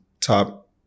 top